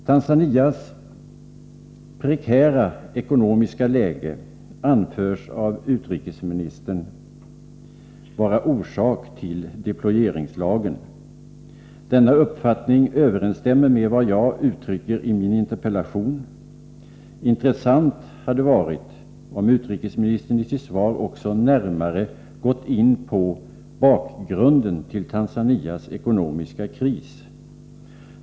Tanzanias prekära ekonomiska läge anförs av utrikesministern vara orsak till deployeringslagen. Denna uppfattning överensstämmer med vad jag uttrycker i min interpellation. Intressant hade varit om utrikesministern i sitt svar också närmare hade gått in på bakgrunden till Tanzanias ekonomiska kris.